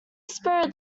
spirit